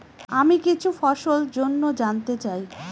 আমি কিছু ফসল জন্য জানতে চাই